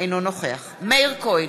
אינו נוכח מאיר כהן,